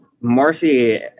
Marcy